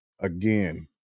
again